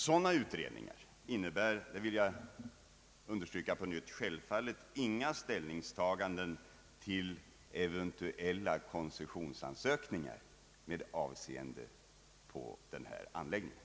Sådana utredningar innebär — det vill jag på nytt understryka — självfallet inga ställningstaganden till eventuella koncessionsansökningar med avseende på denna anläggning.